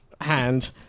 hand